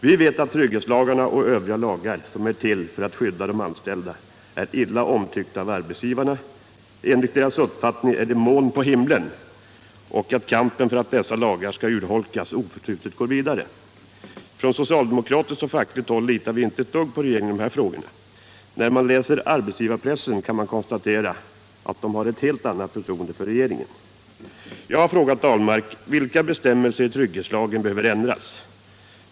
Vi vet att trygghetslagarna och övriga lagar som är till för att skydda de anställda är illa omtyckta av arbetsgivarna — enligt deras uppfattning är de moln på himlen — och att kampen för att dessa lagar skall urholkas oförtrutet går vidare. Från socialdemokratiskt och fackligt håll litar vi inte ett dugg på regeringen i de här frågorna. Den som läser arbetsgivarpressen kan konstatera att man där har ett helt annat förtroende för regeringen. Jag har frågat Per Ahlmark: Vilka bestämmelser i trygghetslagen behöver ändras?